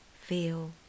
feel